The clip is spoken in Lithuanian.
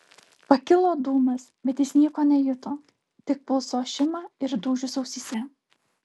pakilo dūmas bet jis nieko nejuto tik pulso ošimą ir dūžius ausyse